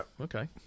Okay